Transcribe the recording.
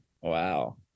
Wow